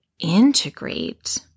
integrate